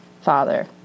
father